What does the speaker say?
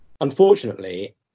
Unfortunately